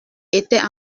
était